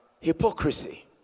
Hypocrisy